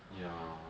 ya